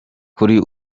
kuri